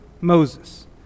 Moses